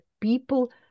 people